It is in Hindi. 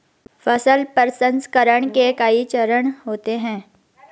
फसल प्रसंसकरण के कई चरण होते हैं